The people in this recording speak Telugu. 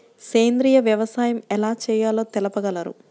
సేంద్రీయ వ్యవసాయం ఎలా చేయాలో తెలుపగలరు?